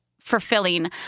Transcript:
fulfilling